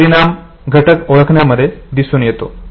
हा परिणाम घटक ओळखण्यामध्ये दिसून येतो